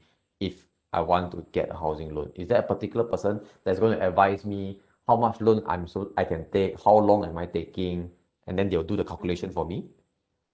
if I want to get a housing loan is there a particular person that's going to advise me how much loan I'm so~ I can take how long am I taking and then they'll do the calculation for me